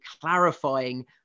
clarifying